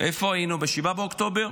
איפה היינו ב-7 באוקטובר,